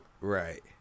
Right